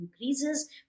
increases